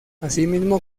asimismo